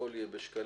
הכול יהיה בשקלים,